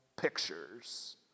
Pictures